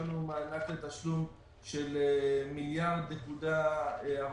אישרנו מענק לתשלום של 1.47 מיליארד שקלים,